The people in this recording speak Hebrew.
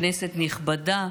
כנסת נכבדה,